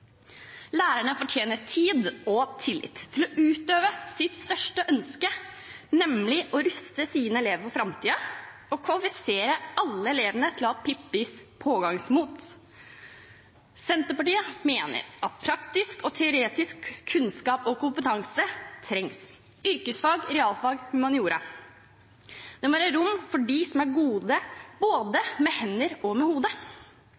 Lærerne fortjener tid og tillit til å utøve sitt største ønske, nemlig å ruste sine elever for framtiden – å kvalifisere alle elevene til å ha Pippis pågangsmot. Senterpartiet mener at praktisk og teoretisk kunnskap og kompetanse trengs: yrkesfag, realfag og humaniora. Det må være rom for dem som er gode både med hender og med